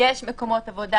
יש מקומות עבודה